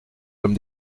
comme